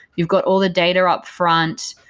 you've got all the data upfront,